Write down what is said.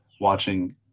watching